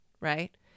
right